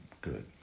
good